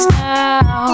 now